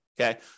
Okay